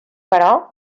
però